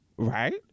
Right